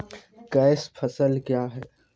Cash फसल क्या हैं?